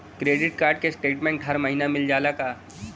Credit card क statement हर महिना मिल जाला का?